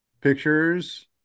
pictures